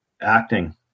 acting